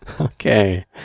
Okay